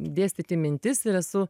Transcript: dėstyti mintis ir esu